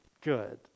good